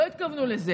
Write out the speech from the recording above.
לא התכוונו לזה.